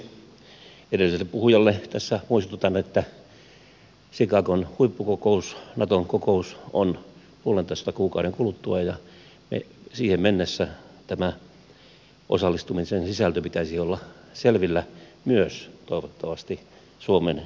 edelliselle puhujalle tässä muistutan että chicagon huippukokous naton kokous on puolentoista kuukauden kuluttua ja siihen mennessä tämän sisällön pitäisi olla selvillä toivottavasti myös suomen eduskunnalle